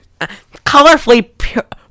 Colorfully